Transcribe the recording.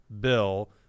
bill